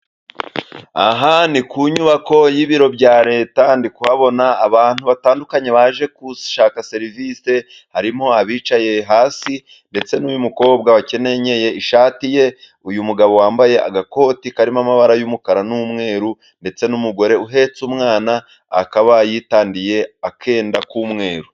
Aha ni ku nyubako y'ibiro bya leta, ndi kuhabona abantu batandukanye baje gushaka serivise, harimo abicaye hasi, ndetse n'uyu mukobwa wakenyeye ishati ye, uyu mugabo wambaye agakoti karimo amabara y'umukara n'umweru, ndetse n'umugore uhetse umwana akaba yitandiye akenda k'umweru.